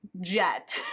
jet